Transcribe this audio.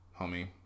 homie